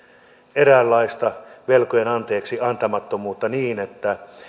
eräänlaista velkojen anteeksiantamattomuutta niin että